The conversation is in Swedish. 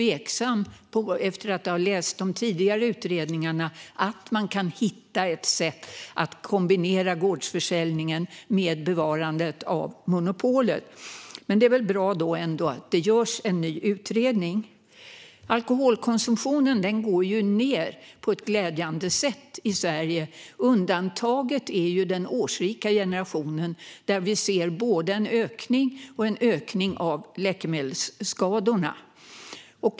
Efter att ha läst de tidigare utredningarna är jag tveksam till att man kan hitta ett sätt att kombinera gårdsförsäljningen med bevarandet av monopolet, men det är väl ändå bra att det görs en ny utredning. Alkoholkonsumtionen i Sverige går ned på ett glädjande sätt. Undantaget är den årsrika generationen, där vi ser både en ökning i alkoholkonsumtionen och en ökning av läkemedelsskadorna.